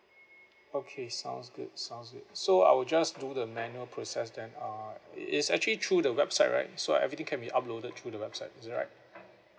okay sounds good sounds good so I'll just do the manual process then uh it's actually through the website right so everything can be uploaded through the website is that right